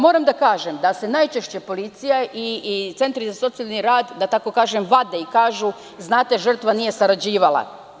Moram da kažem da se najčešće policija i centri za socijalni rad vade, da tako kažem, i kažu – znate, žrtva nije sarađivala.